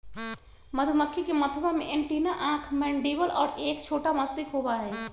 मधुमक्खी के मथवा में एंटीना आंख मैंडीबल और एक छोटा मस्तिष्क होबा हई